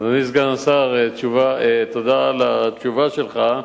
אדוני סגן השר, תודה על התשובה שלך.